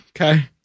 Okay